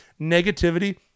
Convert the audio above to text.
negativity